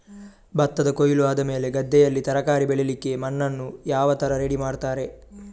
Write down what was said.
ಭತ್ತದ ಕೊಯ್ಲು ಆದಮೇಲೆ ಗದ್ದೆಯಲ್ಲಿ ತರಕಾರಿ ಬೆಳಿಲಿಕ್ಕೆ ಮಣ್ಣನ್ನು ಯಾವ ತರ ರೆಡಿ ಮಾಡ್ತಾರೆ?